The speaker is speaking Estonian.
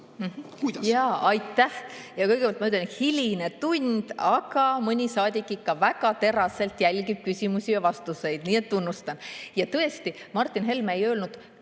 Kuidas?